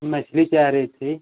मछली क्या रेट थी